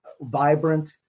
vibrant